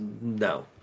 No